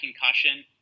concussion